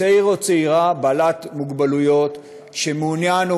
צעיר או צעירה עם מוגבלות שמעוניין או